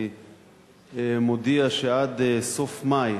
אני מודיע שעד סוף מאי,